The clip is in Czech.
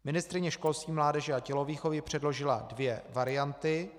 Ministryně školství, mládeže a tělovýchovy předložila dvě varianty.